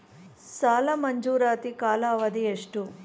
ಸಾಲ ಮಂಜೂರಾತಿ ಕಾಲಾವಧಿ ಎಷ್ಟು?